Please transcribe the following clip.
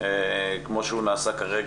כמו שהוא נעשה כרגע,